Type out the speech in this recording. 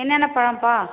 என்னென்ன பழம்ப்பா